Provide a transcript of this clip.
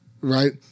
Right